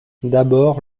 d’abord